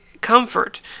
comfort